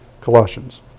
Colossians